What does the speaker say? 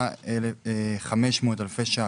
36,500 אלפי ₪